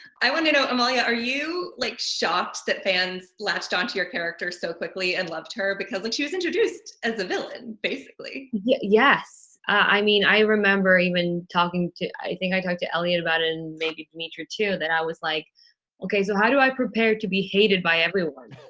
i want to know amalia are you like shocked that fans latched onto your character so quickly and loved her? because like she was introduced as a villain and basically. yeah yes. i mean i remember even talking to i think i talked to eliot about it and maybe demetria too, that i was like okay so how do i prepare to be hated by everyone?